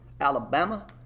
Alabama